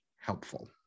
helpful